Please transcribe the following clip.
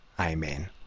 Amen